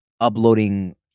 uploading